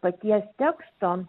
paties teksto